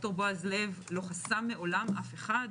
ד"ר בועז לב לא חסם מעולם אף אחד,